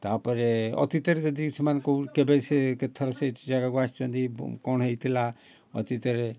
ତା'ପରେ ଅତୀତରେ ଯଦି ସେମାନେ କେଉଁ କେବେ ସେ କେତେଥର ସେ ଯାଗାକୁ ଆସିଛନ୍ତି କ'ଣ ହେଇଥିଲା ଅତୀତରେ